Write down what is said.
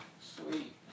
Sweet